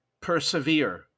persevere